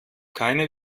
keine